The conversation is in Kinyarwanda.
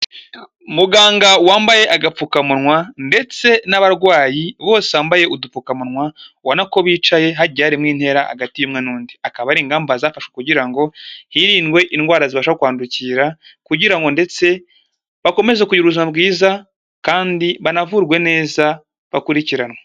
Muganga wambaye agapfukamunwa ndetse n'abarwayi bose bambaye udupfukamunwa, ubona ko bicaye hagiye harimo intera hagati y'umwe n'undi. Akaba ari ingamba zafashwe kugira ngo hirindwe indwara zibasha kwandukira kugira ngo ndetse bakomeze kuyi ubuzima bwiza kandi banavurwe neza, bakurikiranwe.